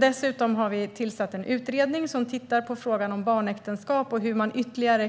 Dessutom har vi tillsatt en utredning som tittar på frågan om barnäktenskap och hur man ytterligare